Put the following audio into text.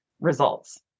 results